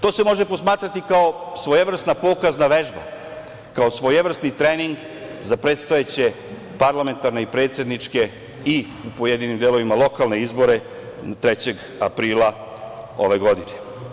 To se može posmatrati kao svojevrsna pokazna vežba, kao svojevrsni trening za predstojeće parlamentarne i predsedničke i u pojedinim delovima lokalne izbore 3. aprila ove godine.